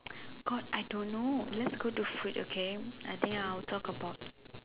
cause I don't know let's go to food okay I think I will talk about